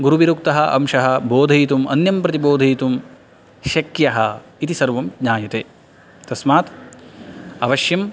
गुरुभिरुक्तः अंशः बोधयितुम् अन्यं प्रति बोधयितुं शक्यः इति सर्वं ज्ञायते तस्मात् अवश्यम्